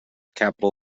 capital